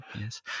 yes